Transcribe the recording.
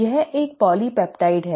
यह एक पॉलीपेप्टाइड है